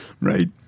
Right